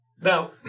Now